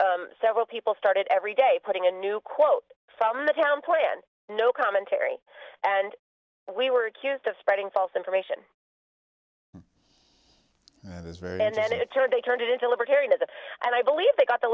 several people started every day putting a new quote from the town plan no commentary and we were accused of spreading false information and then it turned they turned it into libertarianism and i believe they got the